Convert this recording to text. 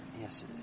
Yes